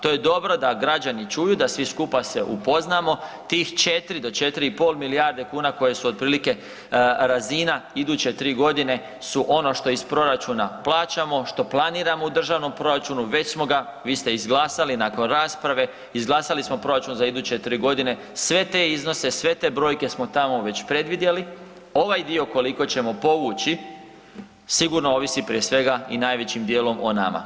To je dobro da građani čuju, da svi skupa se upoznamo, tih 4 do 4,5 milijarde kuna koje su otprilike razina, iduće 3 g. su ono što iz proračuna plaćamo, što planiramo u državnom proračunu, već smo ga, vi ste izglasali nakon rasprave, izglasali smo proračun za iduće 4 g., sve te iznose, sve te brojke smo tamo već predvidjeli, ovaj dio koliko ćemo povući, sigurno ovisi prije svega i najvećim djelom o nama.